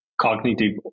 cognitive